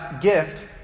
gift